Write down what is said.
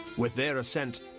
with their ascent,